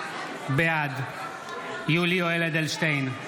בעד יולי יואל אדלשטיין,